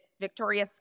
Victoria